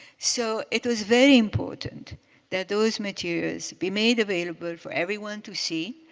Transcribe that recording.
so it was very important that those materials be made available for everyone to see,